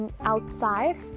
outside